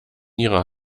ihrer